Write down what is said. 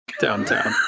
downtown